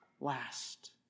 last